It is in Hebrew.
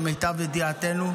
למיטב ידיעתנו,